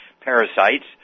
parasites